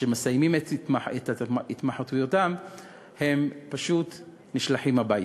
וכשהם מסיימים את התמחותם הם פשוט נשלחים הביתה.